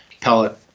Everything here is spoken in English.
pellet